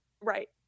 Right